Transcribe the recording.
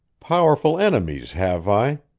powerful enemies, have i?